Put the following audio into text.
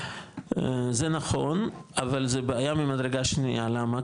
זה נכון, אבל זה בעיה ממדרגה שנייה, למה?